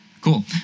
Cool